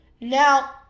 Now